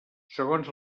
segons